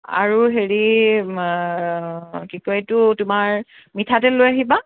আৰু হেৰি কি কয় এইটো তোমাৰ মিঠাতেল লৈ আহিবা